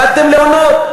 באתם להונות.